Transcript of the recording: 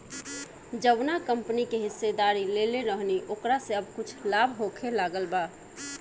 जावना कंपनी के हिस्सेदारी लेले रहनी ओकरा से अब कुछ लाभ होखे लागल बा